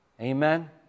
Amen